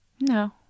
No